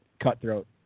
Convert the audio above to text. cutthroat